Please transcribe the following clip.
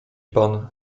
pan